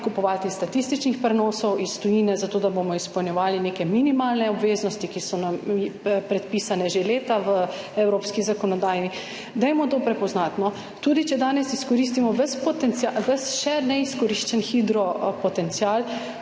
kupovati statističnih prenosov iz tujine, zato da bomo izpolnjevali neke minimalne obveznosti, ki so nam že leta predpisane v evropski zakonodaji. Dajmo to prepoznati, no. Tudi če danes izkoristimo ves še neizkoriščen hidropotencial,